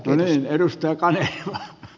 no niin edustaja kanerva